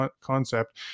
concept